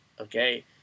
Okay